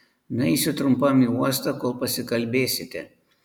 nueisiu trumpam į uostą kol pasikalbėsite